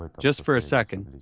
ah just for a second,